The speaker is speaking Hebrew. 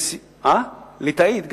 ליטאית.